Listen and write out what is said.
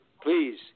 please